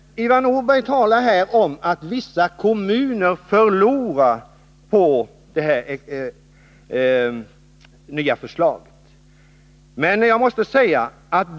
Ivar Nordberg talade här om att vissa kommuner förlorar på det föreliggande förslaget.